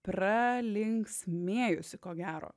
pralinksmėjusi ko gero